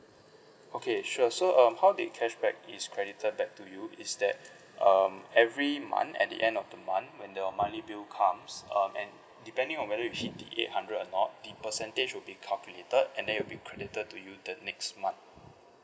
okay sure so um how did cashback is credited back to you is that um every month at the end of the month when your monthly bill comes um and depending on whether you hit the eight hundred or not the percentage will be calculated and then it will be credited to you the next month